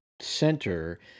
center